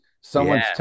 Someone's